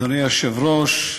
אדוני היושב-ראש,